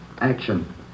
Action